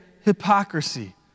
hypocrisy